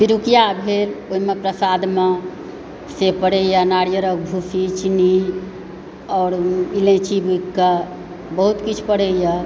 पिरुकिया भेल ओहिमे प्रसादमे से पड़ैया नारियर कऽ भूसी चीन्नी आओर इलैची बूकिके बहुत किछु पड़ैया